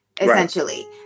essentially